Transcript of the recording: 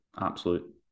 absolute